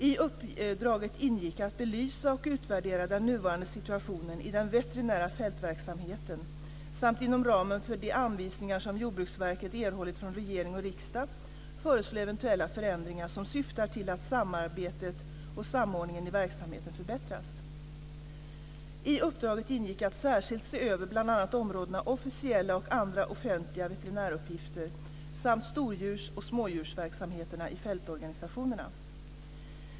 I uppdraget ingick att belysa och utvärdera den nuvarande situationen i den veterinära fältverksamheten samt inom ramen för de anvisningar som Jordbruksverket erhållit från regering och riksdag föreslå eventuella förändringar som syftar till att samarbetet och samordningen i verksamheten förbättras. I uppdraget ingick att särskilt se över bl.a. områdena officiella och andra offentliga veterinäruppgifter samt stordjurs och smådjursverksamheterna i fältorganisationerna.